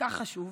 הכל-כך חשוב,